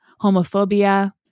homophobia